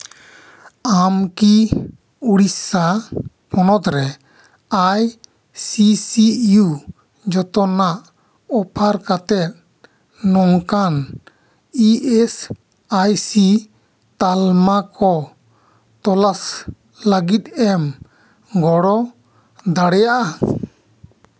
ᱟᱢ ᱠᱤ ᱩᱲᱤᱥᱥᱟ ᱯᱚᱱᱚᱛᱨᱮ ᱟᱭ ᱥᱤ ᱥᱤ ᱤᱭᱩ ᱡᱚᱛᱚᱱᱟᱜ ᱚᱯᱷᱟᱨ ᱠᱟᱛᱮᱫ ᱱᱚᱝᱠᱟᱱ ᱤ ᱮᱥ ᱟᱭ ᱥᱤ ᱛᱟᱞᱢᱟ ᱠᱚ ᱛᱚᱞᱟᱥ ᱞᱟᱹᱜᱤᱫ ᱮᱢ ᱜᱚᱲᱚ ᱫᱟᱲᱮᱭᱟᱜᱼᱟ